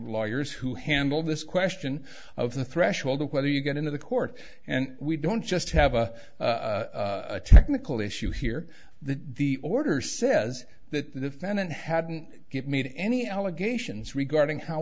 lawyers who handle this question of the threshold of whether you get into the court and we don't just have a technical issue here the order says that the defendant hadn't give me any allegations regarding how